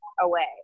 away